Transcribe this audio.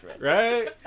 Right